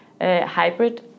hybrid